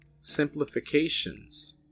simplifications